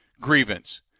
grievance